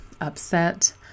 upset